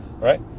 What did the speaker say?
Right